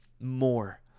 more